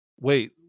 wait